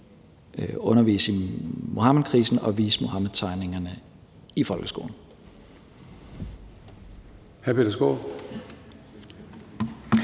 undervise i Muhammedkrisen og vise Muhammedtegningerne i folkeskolen.